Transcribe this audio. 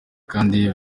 kandi